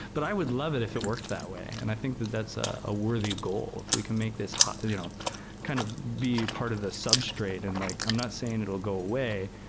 but i would love it if it worked that way. and i think that that's a ah worthy goal if we can make this and you know kind of be part of the substrate. and like i'm not saying it'll go away,